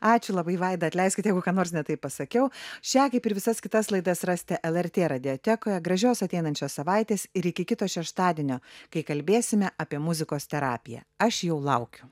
ačiū labai vaida atleiskit jeigu ką nors ne taip pasakiau šią kaip ir visas kitas laidas rasite lrt radiotekoje gražios ateinančios savaitės ir iki kito šeštadienio kai kalbėsime apie muzikos terapiją aš jau laukiu